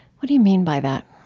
what do you mean by that?